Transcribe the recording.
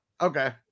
Okay